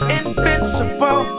invincible